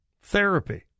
Therapy